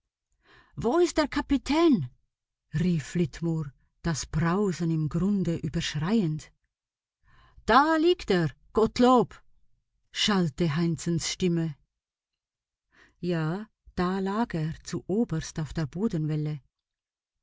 wo ist der kapitän rief flitmore das brausen im grunde überschreiend da liegt er gottlob schallte heinzens stimme ja da lag er zu oberst auf der bodenwelle